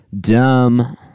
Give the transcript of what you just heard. Dumb